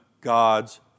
God's